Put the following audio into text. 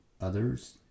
others